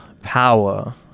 power